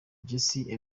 jessy